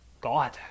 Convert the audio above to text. God